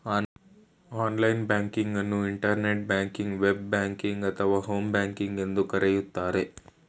online banking ಅನ್ನು internet ಬ್ಯಾಂಕಿಂಗ್ವೆ, ಬ್ ಬ್ಯಾಂಕಿಂಗ್ ಅಥವಾ ಹೋಮ್ ಬ್ಯಾಂಕಿಂಗ್ ಎಂದು ಕರೆಯುತ್ತಾರೆ